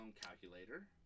calculator